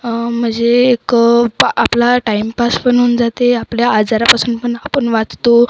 म्हणजे एक आपला टाईमपास पण होऊन जाते आपल्या आजारापासून पण आपण वाचतो